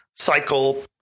cycle